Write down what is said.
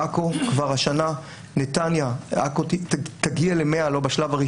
כאשר הפריסה תושלם ואנחנו כבר חטפנו בג"ץ בעניין תהיה נגישות